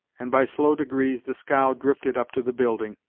and by slow degrees the scow drifted up to the building,